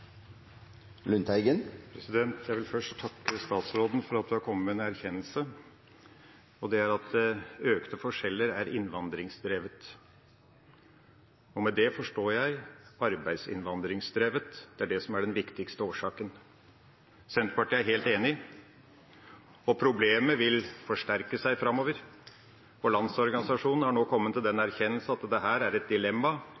oppfølgingsspørsmål. Jeg vil først takke statsråden for at hun har kommet med en erkjennelse, og det er at økte forskjeller er innvandringsdrevet. Med det forstår jeg arbeidsinnvandringsdrevet, det er det som er den viktigste årsaken. Senterpartiet er helt enig, og problemet vil forsterke seg framover, for Landsorganisasjonen har nå kommet til den